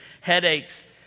Headaches